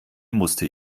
musste